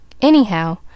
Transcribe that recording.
Anyhow